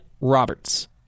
Roberts